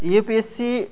U P S C